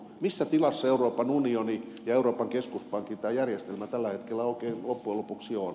missä tilassa euroopan unioni ja euroopan keskuspankin järjestelmä tällä hetkellä oikein loppujen lopuksi ovat